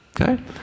okay